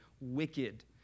wicked